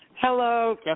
Hello